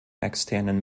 externen